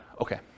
Okay